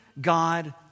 God